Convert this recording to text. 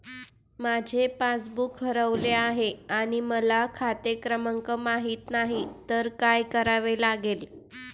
माझे पासबूक हरवले आहे आणि मला खाते क्रमांक माहित नाही तर काय करावे लागेल?